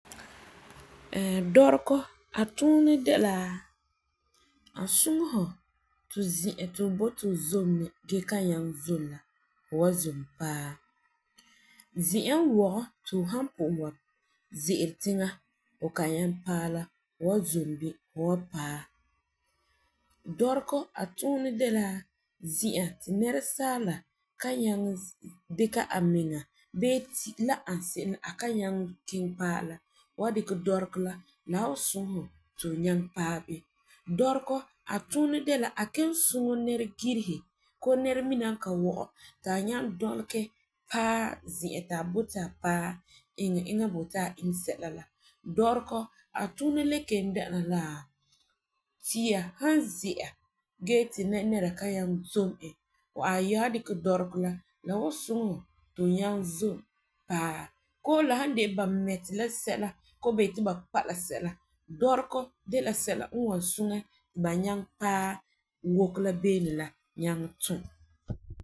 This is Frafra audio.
gɔregɔ a tuunɛ de la a suŋɛ fu ti fu boti fu zom la gee kan nyaŋɛ zom la, fu wan zom paɛ zi'a n wɔgɛ ti fu san pugum ze'ele tiŋa fu kan nyaŋɛ paɛ la fu wan zom bini fu wan paɛ. Dɔregɔ a tuunɛ de la zi'a ti nɛresaala kan nyaŋɛ dikɛ a miŋa bee la ani se'em la a kan nyaŋɛ kiŋɛ paɛ la wa dikɛ dɔregɔ la la wan suŋɛ fu ti fu nyaŋɛ paɛ bini. Dɔregɔ a tuunɛ de la a kelum suŋɛ nɛregiresi koo nɛremina n ka wɔgɛri a nyaŋɛ dɔlegɛ paɛ zi'a ti a boti a paɛ iŋɛ eŋa n boti a iŋɛ sɛla la. Dɔregɔ a tuunɛ le kelum dɛna la tia san zia gee ti nɛra nɛra kan nyaŋɛ zom e ayi, tu wan dikɛ dɔregɔ la la wan nyaŋɛ suŋɛ fu ti fu zom paɛ koo la san de la fu mɛti la sɛla koo ba yeti ba kpa la sɛla dɔregɔ de la sɛla n wan suŋɛ ti ba nyaŋɛ paɛ woko la beene la nyaŋɛ tuum